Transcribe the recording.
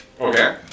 Okay